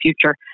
future